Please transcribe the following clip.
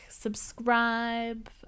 subscribe